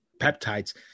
peptides